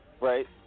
Right